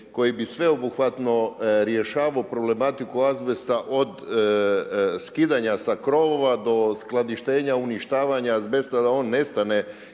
koji bi sveobuhvatno rješavao problematiku azbesta od skidanja sa krovova do skladištenja, uništavanja azbesta da on nestane